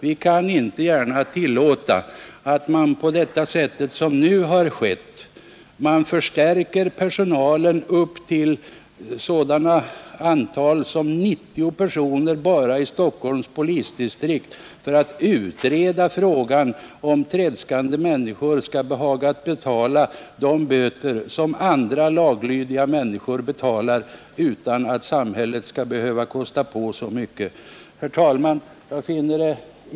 Vi kan inte gärna tillåta att man på det sätt som nu har skett förstärker personalen upp till ett antal av 90 personer bara i Stockholms polisdistrikt för att utreda frågan om tredskande människor skall behaga betala de böter som andra, laglydiga människor betalar utan att samhället behöver kosta på så mycket. Herr talman!